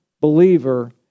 believer